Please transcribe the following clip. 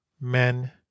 Men